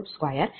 0005X 18420